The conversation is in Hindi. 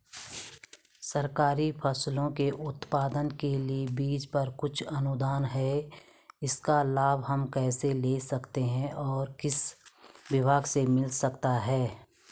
सरकारी फसलों के उत्पादन के लिए बीज पर कुछ अनुदान है इसका लाभ हम कैसे ले सकते हैं और किस विभाग से मिल सकता है?